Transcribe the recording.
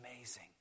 amazing